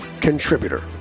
contributor